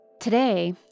Today